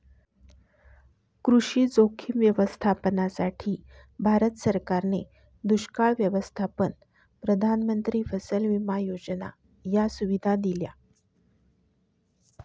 कृषी जोखीम व्यवस्थापनासाठी, भारत सरकारने दुष्काळ व्यवस्थापन, प्रधानमंत्री फसल विमा योजना या सुविधा दिल्या